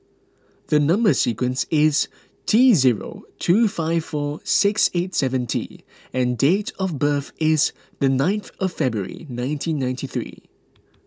the Number Sequence is T zero two five four six eight seven T and date of birth is the ninth of February nineteen ninety three